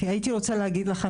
הייתי רוצה להגיד לך,